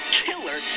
killer